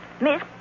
Miss